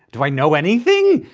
do i know anything?